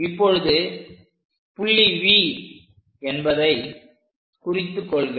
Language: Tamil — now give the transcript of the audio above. இப்பொழுது புள்ளி V என்பதை குறித்து கொள்க